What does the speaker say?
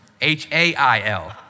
H-A-I-L